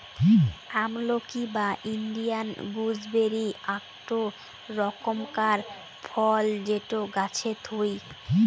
আমলকি বা Indian gooseberry আকটো রকমকার ফল যেটো গাছে থুই